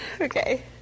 Okay